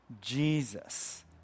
Jesus